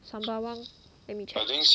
sembawang let me check